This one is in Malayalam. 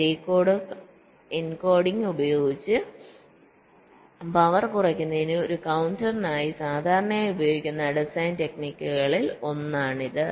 ഗ്രേ കോഡ് എൻകോഡിംഗ് ഉപയോഗിച്ച് പവർ കുറയ്ക്കുന്നതിന് ഒരു കൌണ്ടറിനായി സാധാരണയായി ഉപയോഗിക്കുന്ന ഡിസൈൻ ടെക്നിക്കുകളിൽ ഒന്നാണിത്